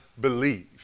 believe